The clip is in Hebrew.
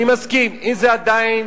אני מסכים: אם עדיין